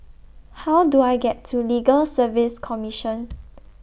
How Do I get to Legal Service Commission